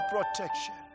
protection